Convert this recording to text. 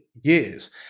years